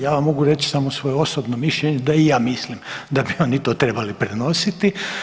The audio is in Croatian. Ja vam mogu reći samo svoje osobno mišljenje da i ja mislim da bi oni to trebali prenositi.